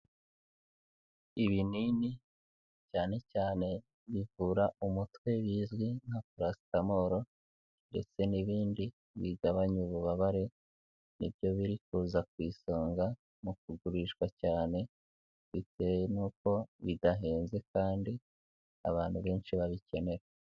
Ibinini cyane cyane bivura umutwe bizwi nka paraasitamoro ndetse n'ibindi bigabanya ububabare, ni byo biri kuza ku isonga mu kugurishwa cyane bitewe n'uko bidahenze kandi abantu benshi babikenera.